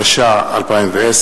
התש"ע 2010,